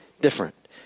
different